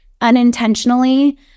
unintentionally